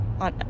on